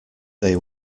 they